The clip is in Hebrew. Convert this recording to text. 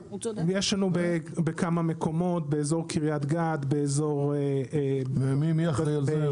יש לנו בקרית גת, באזור --- ומי אחראי על זה?